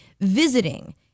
visiting